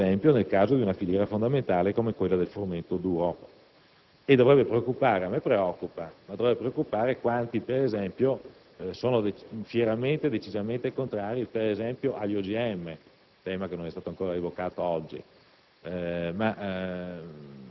Questo fenomeno preoccupa particolarmente, ad esempio, nel caso di una filiera fondamentale come quella del frumento duro e dovrebbe preoccupare - a me preoccupa - quanti, per esempio, sono fieramente e decisamente contrari agli OGM,